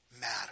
matter